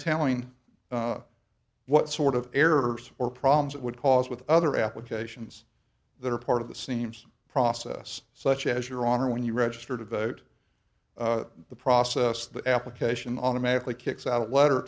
telling what sort of errors or problems it would cause with other applications that are part of the seams process such as your honor when you register to vote the process the application automatically kicks out let